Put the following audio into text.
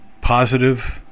positive